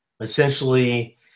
Essentially